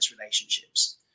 relationships